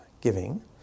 giving